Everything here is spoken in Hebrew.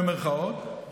במירכאות,